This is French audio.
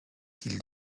qu’il